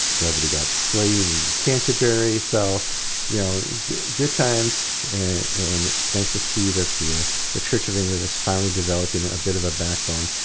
nobody got slain in canterbury so yeah know good times and it's nice to see that the ah the church of england is finally developing a bit of a backbone.